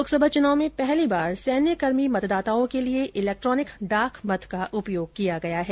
लोकसभा चुनाव में पहली बार सैन्यकर्मी मतदाताओं के लिए इलेक्ट्रॉनिक डाक मत का उपयोग किया गया है